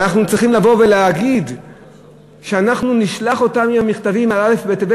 אנחנו צריכים לבוא ולהגיד שאנחנו נשלח עם המכתבים עם א' בטבת,